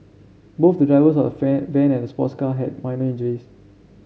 both the drivers of van and sports car had minor injuries